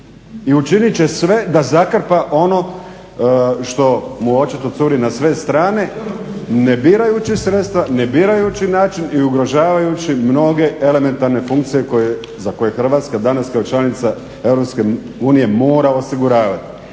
učinit će sve da zakrpa ono što mu očito curi na sve strane, ne birajući sredstva, ne birajući način i ugrožavajući mnoge elementarne funkcije za koje Hrvatska danas kao članica EU mora osiguravati.